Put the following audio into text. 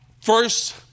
first